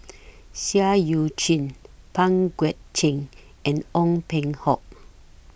Seah EU Chin Pang Guek Cheng and Ong Peng Hock